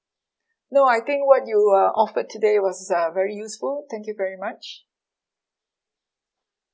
no I think what you uh offered today was uh very useful thank you very much